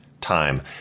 time